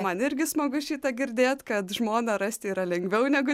man irgi smagu šitą girdėt kad žmoną rasti yra lengviau negu